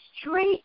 Straight